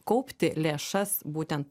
kaupti lėšas būtent